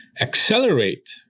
accelerate